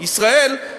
ישראל,